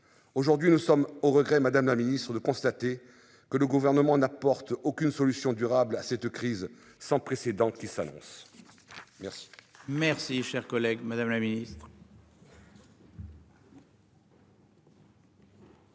Aujourd'hui nous sommes au regret Madame la Ministre de constater que le gouvernement n'apporte aucune solution durable à cette crise sans précédent qui. Merci,